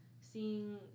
Seeing